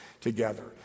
together